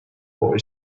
boy